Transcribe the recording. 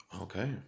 okay